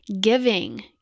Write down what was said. giving